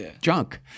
junk